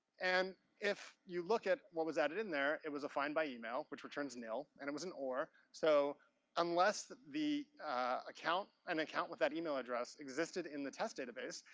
and if you look at what was added in there, it was a find by email, which returns nil. and it was an or, so unless the account, an account with that email address existed in the test database,